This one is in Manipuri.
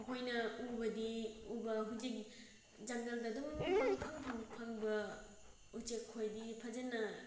ꯑꯩꯈꯣꯏꯅ ꯎꯕꯗꯤ ꯎꯕ ꯍꯧꯖꯤꯛ ꯖꯪꯒꯜꯗ ꯑꯗꯨꯝ ꯄꯪꯐꯪ ꯐꯪꯕ ꯎꯆꯦꯛꯈꯣꯏꯗꯤ ꯐꯖꯅ